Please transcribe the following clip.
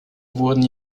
wurden